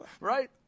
Right